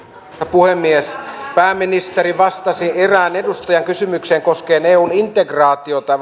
puhemies pääministeri vastasi erään edustajan kysymykseen koskien eun integraatiota